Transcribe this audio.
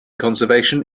conservation